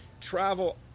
travel